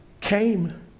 came